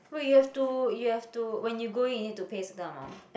wait you have to you have to when you go in you need to pay certain amount